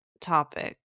topic